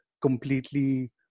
completely